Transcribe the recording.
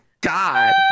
God